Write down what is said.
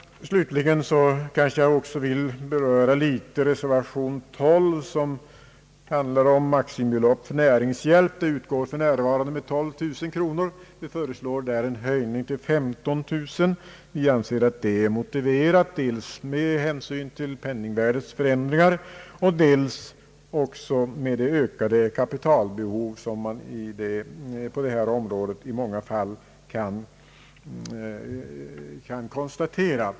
Vidare vill jag i någon mån beröra reservation 12, som handlar om maxi mibelopp för näringshjälp. Det utgår f. n. med 12 000 kronor. Vi föreslår en höjning till 15000 kronor. En sådan höjning är enligt vår uppfattning motiverad dels med hänsyn till penningvärdets förändringar och dels med hänsyn till det ökade kapitalbehov som man på detta område kan konstatera.